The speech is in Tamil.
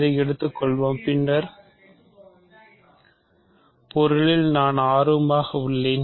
இதை எடுத்துக்கொள்வோம் பின்வரும் பொருளில் நான் ஆர்வமாக உள்ளேன்